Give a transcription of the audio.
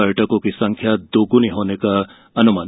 पर्यटकों की संख्या दोगुनी होने का अनुमान